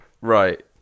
Right